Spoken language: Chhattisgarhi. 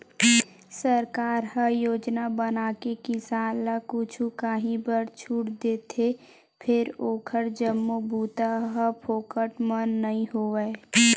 सरकार ह योजना बनाके किसान ल कुछु काही बर छूट देथे फेर ओखर जम्मो बूता ह फोकट म नइ होवय